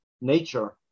nature